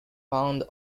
found